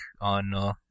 on